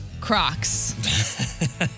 Crocs